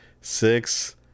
six